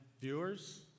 viewers